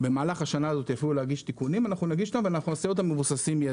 במהלך השנה הזאת להגיש תיקונים אנחנו נגיש אותם ונעשה אותם מבוססי-ידע.